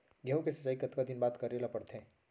गेहूँ के सिंचाई कतका दिन बाद करे ला पड़थे?